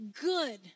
good